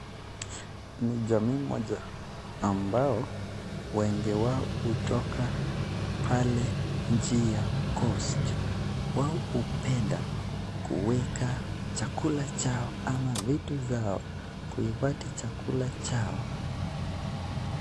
Ni jamii moja ambao, wengi wao hutoka pale nchi ya coast . Wao hupenda kuweka chakula chao ama vitu zao kuifadhi chakula chao.